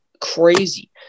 crazy